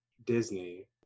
Disney